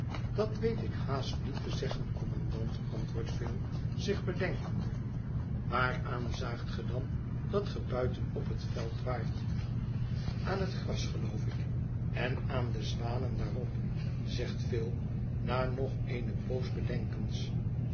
dat weet ik haast niet te zeggen kommandant antwoordt phil zich bedenkende waaraan zaagt ge dan dat ge buiten op het veld waart aan het gras geloof ik en aan de zwanen daarop zegt phil na nog eene poos bedenkens